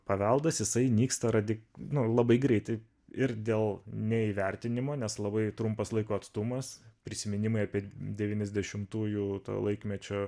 paveldas jisai nyksta radi nu labai greitai ir dėl neįvertinimo nes labai trumpas laiko atstumas prisiminimai apie devyniasdešimtųjų laikmečio